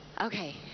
Okay